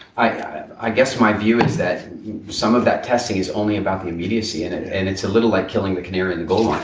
i guess, my view is that some of that testing is only about the immediacy, and and it's a little like killing the canary in the coal mine.